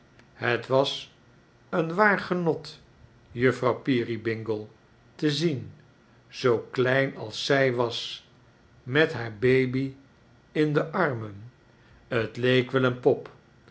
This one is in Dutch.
het was een waar genot juffrouw peerybingle te zien zoo klein als zij was met haar baby in de armen t leek wel een pop